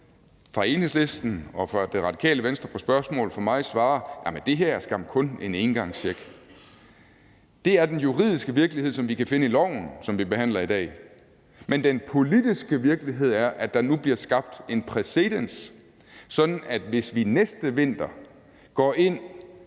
fra Enhedslisten og fra Radikale Venstre på spørgsmål fra mig svarer, at det her skam kun er en engangscheck, er den juridiske virkelighed, som vi kan finde i lovforslaget, som vi behandler i dag. Men den politiske virkelighed er, at der nu bliver skabt en præcedens, sådan at der, hvis vi næste vinter går ind